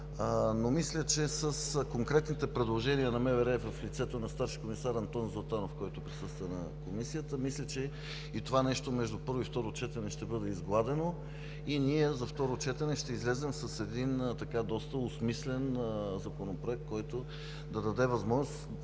Но мисля, че с конкретните предложения на МВР в лицето на старши комисар Антон Златанов, който присъства в Комисията, че и това нещо между първо и второ четене ще бъде изгладено и на второ четене ще излезем с един доста осмислен Законопроект, който да даде възможност